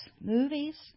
movies